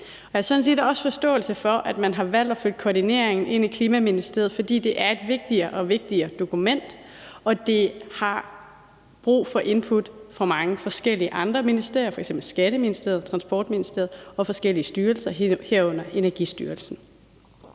Jeg har sådan set også forståelse for, at man har valgt at flytte koordineringen ind Klima-, Energi- og Forsyningsministeriet, fordi det er et stadig vigtigere dokument, og der er brug for input fra mange forskellige andre ministerier, f.eks. i Skatteministeriet og Transportministeriet, og fra forskellige styrelser, herunder Energistyrelsen.